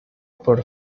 por